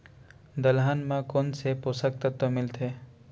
दलहन म कोन से पोसक तत्व मिलथे?